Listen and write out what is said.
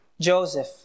Joseph